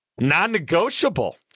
Non-negotiable